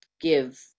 give